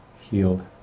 healed